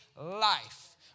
life